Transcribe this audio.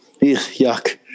Yuck